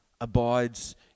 abides